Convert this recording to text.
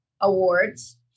awards